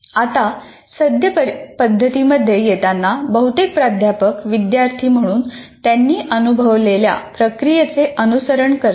आता सद्य पद्धतींमध्ये येतांना बहुतेक प्राध्यापक विद्यार्थी म्हणून त्यांनी अनुभवलेल्या प्रक्रियेचे अनुसरण करतात